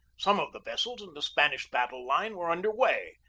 some of the vessels in the spanish battle-line were under way,